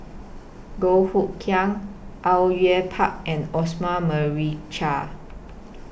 Goh Hood Keng Au Yue Pak and Osman Merican